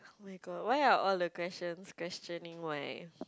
oh-my-god why are all the question questioning my